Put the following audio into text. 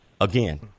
Again